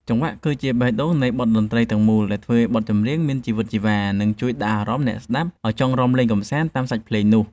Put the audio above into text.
ចង្វាក់គឺជាបេះដូងនៃបទតន្ត្រីទាំងមូលដែលធ្វើឱ្យបទចម្រៀងមានជីវិតជីវ៉ា និងជួយដាស់អារម្មណ៍អ្នកស្ដាប់ឱ្យចង់រាំលេងកម្សាន្តតាមសាច់ភ្លេងនោះ។